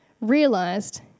realised